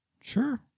Sure